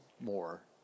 more